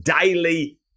daily